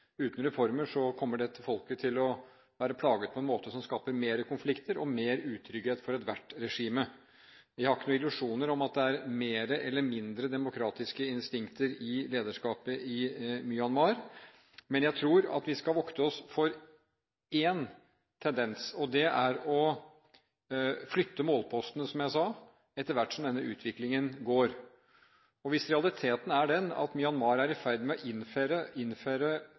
kommer dette folket til å være plaget på en måte som skaper flere konflikter og mer utrygghet for ethvert regime. Jeg har ikke noen illusjoner om at det er mer eller mindre demokratiske instinkter i lederskapet i Myanmar, men jeg tror vi skal vokte oss for én tendens, og det er å flytte målpostene, som jeg sa, etter hvert som denne utviklingen går videre. Hvis realiteten er den at Myanmar er i ferd med å innføre